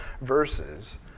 verses